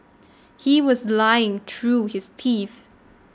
he was lying through his teeth